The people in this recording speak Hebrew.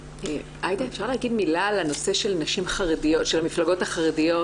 עאידה אפשר להגיד מילה על הנושא של המפלגות החרדיות,